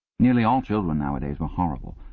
nearly all children nowadays were horrible.